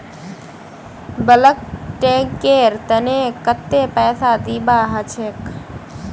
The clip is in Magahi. बल्क टैंकेर तने कत्ते पैसा दीबा ह छेक